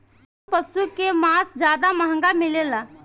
कौन पशु के मांस ज्यादा महंगा मिलेला?